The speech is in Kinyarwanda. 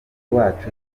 wacu